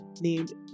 named